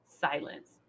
silence